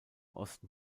osten